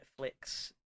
netflix